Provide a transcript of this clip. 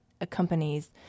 accompanies